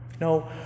No